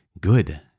good